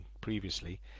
previously